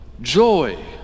joy